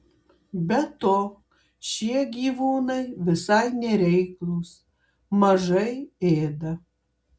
be to šie gyvūnai visai nereiklūs mažai ėda